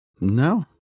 no